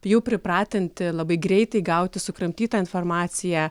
jau pripratinti labai greitai gauti sukramtytą informaciją